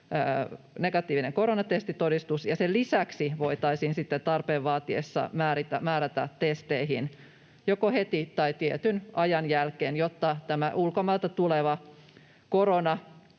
negatiivinen koronatestitodistus ja sen lisäksi voitaisiin sitten tarpeen vaatiessa määrätä testeihin joko heti tai tietyn ajan jälkeen, jotta tämä ulkomailta tuleva korona